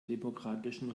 demokratischen